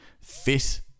fit